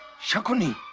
shakuni?